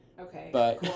Okay